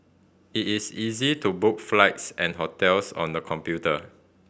it is easy to book flights and hotels on the computer